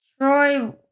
Troy